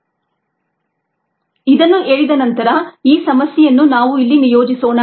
1ln xx0t0t ಇದನ್ನು ಹೇಳಿದ ನಂತರ ಈ ಸಮಸ್ಯೆಯನ್ನು ನಾವು ಇಲ್ಲಿ ನಿಯೋಜಿಸೋಣ